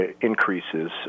increases